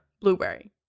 Blueberry